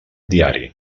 diari